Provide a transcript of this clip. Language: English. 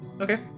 Okay